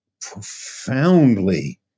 profoundly